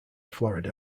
florida